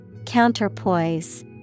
Counterpoise